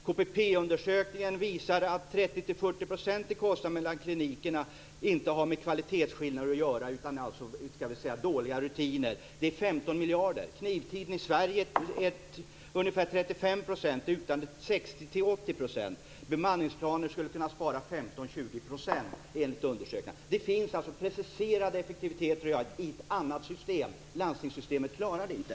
KPP-undersökningen visar att 30-40 % av kostnadsskillnaderna mellan klinikerna inte har med kvalitetsskillnader att göra utan med brister i rutinerna. Det innebär 15 miljarder. Knivtiden i Sverige utgör ungefär 35 %. I utlandet utgör den 60 80 %. Om man inför bemanningsplaner skulle man enligt undersökningar kunna spara 15-20 %. Det finns alltså preciserade effektivitetsvinster att göra i ett annat system. Landstingssystemet klarar det inte.